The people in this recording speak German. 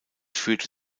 führte